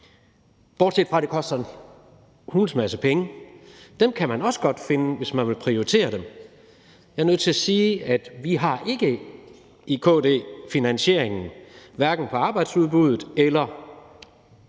bortset fra at det så koster en hulens masse penge. Dem kan man også godt finde, hvis man vil prioritere det. Jeg er nødt til at sige, at vi i KD ikke har finansieringen, hverken i forhold til arbejdsudbuddet eller